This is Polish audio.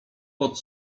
pod